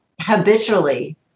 habitually